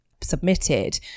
submitted